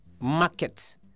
market